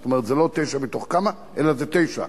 זאת אומרת, זה לא תשע מתוך כמה, אלא זה תשע.